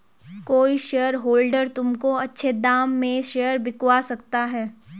कोई शेयरहोल्डर तुमको अच्छे दाम में शेयर बिकवा सकता है